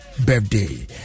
Birthday